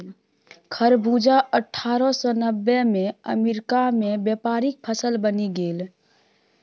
खरबूजा अट्ठारह सौ नब्बेमे अमेरिकामे व्यापारिक फसल बनि गेल